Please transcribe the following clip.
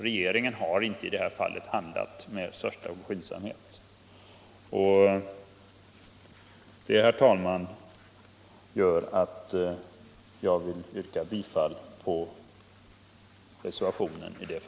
Regeringen har inte i det här fallet handlat med största skyndsamhet, och det gör, herr talman, att jag vill yrka bifall till reservationen C.